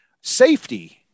Safety